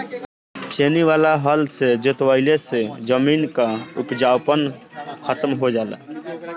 छेनी वाला हल से जोतवईले से जमीन कअ उपजाऊपन खतम हो जाला